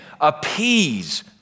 appease